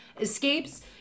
escapes